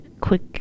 quick